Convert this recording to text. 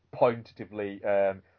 pointatively